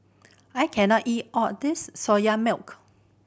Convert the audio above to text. I can not eat all this Soya Milk